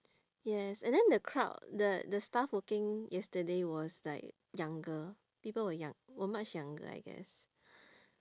yes and then the crowd the the staff working yesterday was like younger people were young were much younger I guess